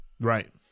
Right